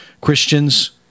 Christians